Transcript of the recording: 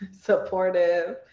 Supportive